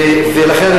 ולכן,